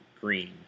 green